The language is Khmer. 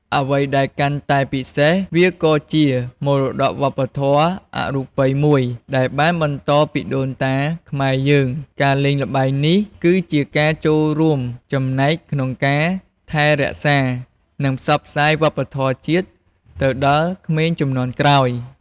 អ្វីដែលកាន់តែពិសេស វាក៏ជាមរតកវប្បធម៌អរូបីមួយ ដែលបានបន្តពីដូនតាខ្មែរយើង ការលេងល្បែងនេះ គឺជាការចូលរួមចំណែកក្នុងការថែរក្សា និងផ្សព្វផ្សាយវប្បធម៌ជាតិទៅដល់ក្មេងជំនាន់ក្រោយ។